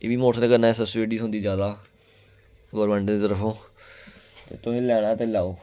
एह् बी मोटरसैकल कन्नै सब्सिडी थ्होंदी ज्यादा गौरमैंट दी तरफो ते तुसें लैना ते लैओ